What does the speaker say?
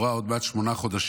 עוד מעט שמונה חודשים,